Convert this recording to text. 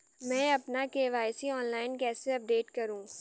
मैं अपना KYC online कैसे अपडेट करूँ?